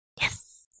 Yes